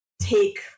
take